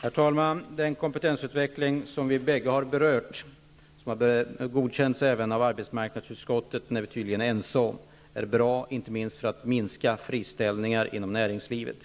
Herr talman! Vi är ense om att den kompetensutveckling vi båda har berört, och som har godkänts av arbetsmarknadsutskottet, är bra inte minst för att minska friställningar inom näringslivet.